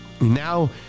now